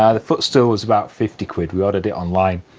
ah the footstool was about fifty quid, we ordered it online.